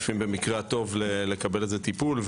במקרה הטוב, לקבל איזשהו טיפול.